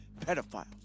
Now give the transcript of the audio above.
pedophiles